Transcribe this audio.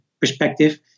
perspective